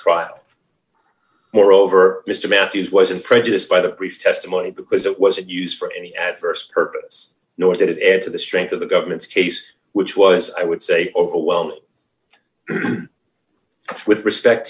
trial moreover mister matthews wasn't prejudiced by the brief testimony because it wasn't used for any adverse purpose nor did it add to the strength of the government's case which was i would say overwhelming with respect